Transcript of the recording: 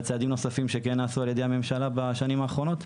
צעדים נוספים שכן נעשו על ידי הממשלה בשנים האחרונות.